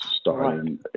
starting